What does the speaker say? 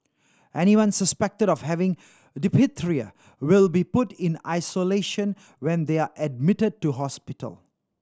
anyone suspected of having diphtheria will be put in isolation when they are admitted to hospital